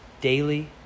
daily